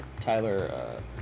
Tyler